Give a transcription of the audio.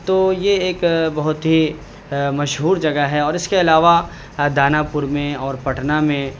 تو یہ ایک بہت ہی مشہور جگہ ہے اور اس کے علاوہ داناپور میں اور پٹنہ میں